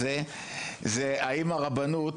האם הרבנות,